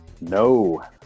No